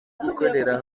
gukorera